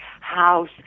House